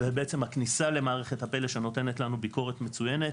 זה בעצם הכניסה למערכת הפלא שנותנת לנו ביקורת מצוינת,